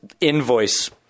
invoice